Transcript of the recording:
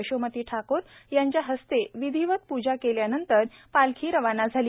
यशोमती ठाकूर यांच्या हस्ते विधीवत पूजन केल्यानंतर पालखी रवाना झाली